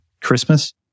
Christmas